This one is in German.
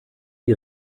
die